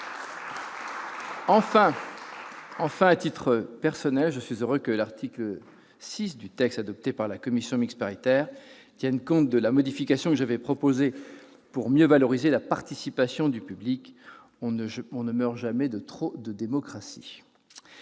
Enfin, à titre personnel, je suis heureux que l'article 6 du texte adopté par la commission mixte paritaire tienne compte de la modification que j'avais proposée pour mieux valoriser la participation du public. On ne meurt jamais de trop de démocratie